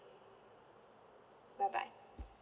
bye bye